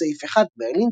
סעיף 1 - מרלין",